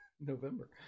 november